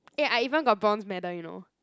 eh I even got bronze medal you know